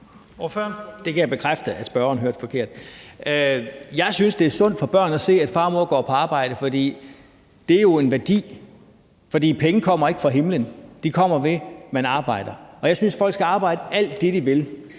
Jeg kan bekræfte, at spørgeren hørte det forkert. Jeg synes, det er sundt for børn at se, at far og mor går på arbejde. Det er jo en værdi, for penge kommer ikke fra himlen; de kommer, ved at man arbejder. Jeg synes, at folk skal arbejde alt det, de vil.